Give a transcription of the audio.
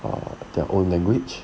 err their own language